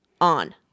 on